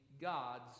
God's